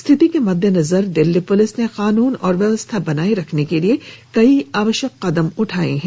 स्थिति के मद्देनजर दिल्ली पुलिस ने कानून और व्यवस्था बनाए रखने के लिए कई आवश्यक कदम उठाए हैं